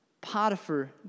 Potiphar